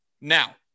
Now